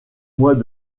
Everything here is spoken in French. mois